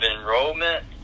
enrollment